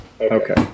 Okay